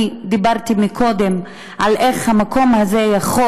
אני דיברתי קודם איך המקום הזה יכול